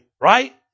Right